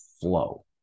flow